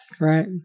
right